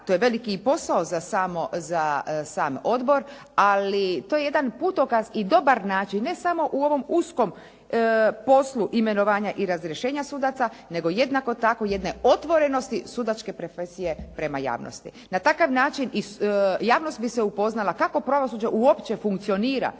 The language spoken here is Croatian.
to je i veliki posao za sam odbor. Ali to je jedan putokaz i dobar način, ne samo u ovom uskom poslu imenovanja i razrješenja sudaca, nego jednako tako i jedne otvorenosti sudačke profesije prema javnosti. Na takav način javnost bi se upoznala kako pravosuđe uopće funkcionira.